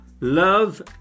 love